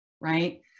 right